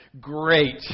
Great